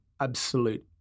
absolute